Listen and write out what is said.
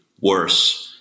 worse